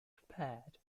prepared